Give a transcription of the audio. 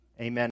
Amen